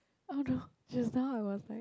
oh no just now I was very